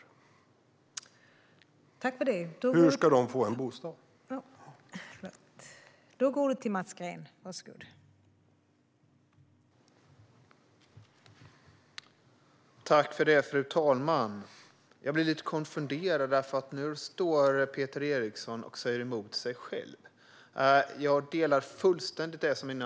Hur ska de få en bostad?